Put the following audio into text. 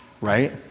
right